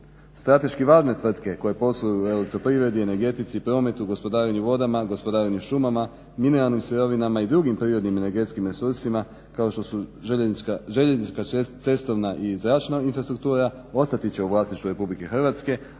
Strateški važne tvrtke koje posluju u Elektroprivredi, energetici, prometu, gospodarenju vodama, gospodarenju šumama, mineralnim sirovinama i drugim prirodnim energetskim resursima kao što su željeznička, cestovna i zračna infrastruktura, ostati će u vlasništvu Republike Hrvatske,